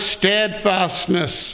steadfastness